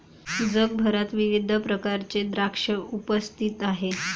जगभरात विविध प्रकारचे द्राक्षे उपस्थित आहेत